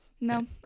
No